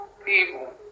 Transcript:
People